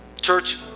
Church